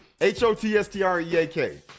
H-O-T-S-T-R-E-A-K